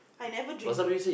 I never drink it